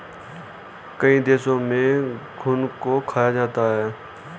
कई देशों में घुन को खाया जाता है